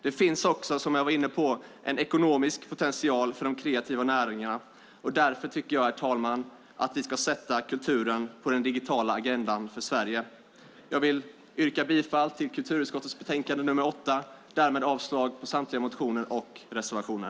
Det finns också, som jag var inne på, en ekonomisk potential för de kreativa näringarna. Därför tycker jag, herr talman, att vi ska sätta kulturen på den digitala agendan för Sverige. Jag yrkar bifall till kulturutskottets förslag i betänkande nr 8 och därmed avslag på samtliga motioner och reservationer.